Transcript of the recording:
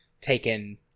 taken